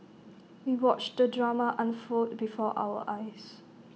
we watched the drama unfold before our eyes